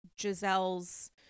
Giselle's